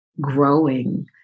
Growing